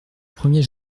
premier